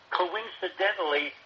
coincidentally